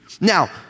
Now